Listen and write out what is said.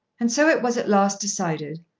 and so it was at last decided,